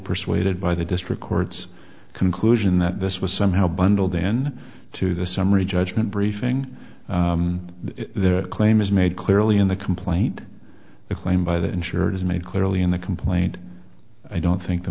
persuaded by the district court's conclusion that this was somehow bundled in to the summary judgment briefing the claim is made clearly in the complaint a claim by the insured is made clearly in the complaint and i don't think the